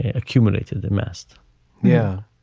accumulated the most yeah.